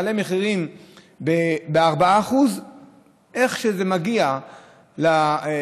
מעלה מחירים ב-4% איך שזה מגיע לקמעונאי